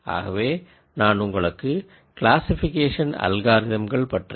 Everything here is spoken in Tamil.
ஆகவே நான் உங்களுக்கு கிளாசிஃபிகேஷன் அல்காரிதம்கள் பற்றிய